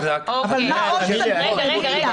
אבל מה עוד סגרו?